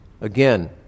Again